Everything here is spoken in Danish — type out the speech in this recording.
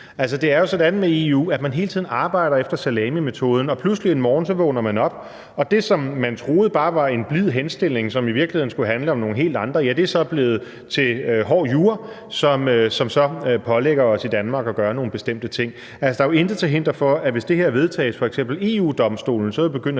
det er jo sådan med EU, at man hele tiden arbejder efter salamimetoden, og pludselig en morgen vågner man op, og det, som man troede bare var en blid henstilling, og som i virkeligheden skulle handle om nogle helt andre ting, er så blevet til hård jura, som så pålægger os i Danmark at gøre nogle bestemte ting. Altså, der er jo intet til hinder for, at f.eks. EU-Domstolen, hvis det her